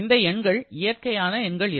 இந்த எண்கள் இயற்கையான எண்கள் இல்லை